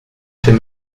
chez